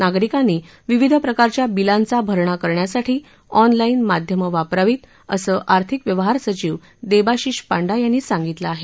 नागरिकांनी विविध प्रकारच्या बिलांचा भरणा करण्यासाठी ऑनलाईन माध्यमं वापरावीत असं आर्थिक व्यवहार सचिव देबाशीष पांडा यांनी सांगितलं आहे